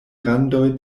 randoj